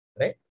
Right